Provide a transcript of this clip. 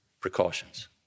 precautions